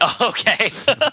Okay